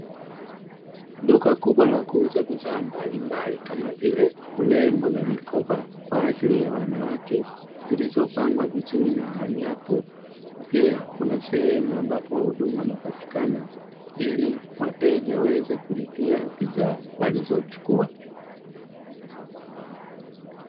Duka kubwa la kuuza bidhaa mbalimbali kama vile urembo na mikoba kwa ajili ya wanawake zilizopangwa vizuri mahali hapo, pia kuna sehemu ambapo wahudumu wanapatikana ili wateja waweze kulipia bidhaa walizochukua.